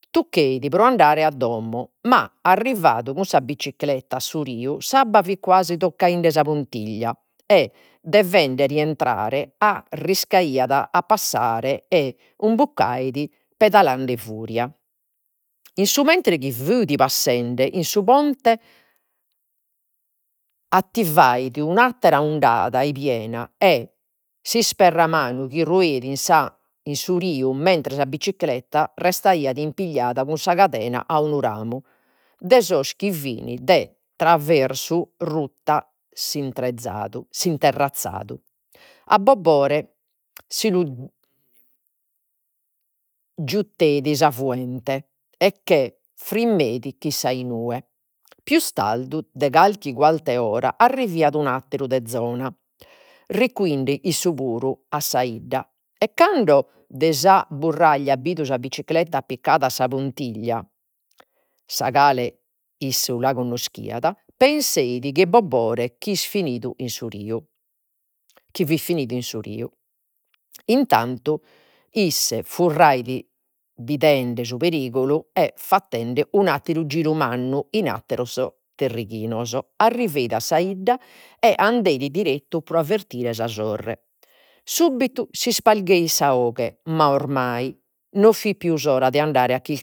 Tuccheit pro andare a domo ma, arrivadu cun sa bicicletta a su riu, s'abba fit guasi tocchende sa puntiglia devende rientrare arriscaiat a passare e pedalende furia. In su mentres chi passende in su ponte un'attera undada 'e piena e s'isperramanu chi rueit in su riu mentres sa bicicletta restaiat impigliada cun sa cadena a unu ramu, de sos chi fin de traversu rutta s'interrazadu. A Bobore si lu jutteit sa fuente, e che frimmeit chissà ue. Pius tardu de carchi quartu 'e ora arriveit un'atteru de zona, recuende isse puru a sa 'idda e cando de sa at bidu sa bicicletta appiccada a sa puntiglia, sa cale isse la connoschiat, penseit chi Bobore finidu in su riu, chi fit finidu in su riu. Intantu isse furrait bidende su perigulu e fattende un'atteru giru mannu in atteros tirighinos. Arriveit a sa 'idda e andeit direttu pro avvertire sa sorre. Subitu s'ispalgheit sa 'oghe ma oramai no fit pius ora de andare a chi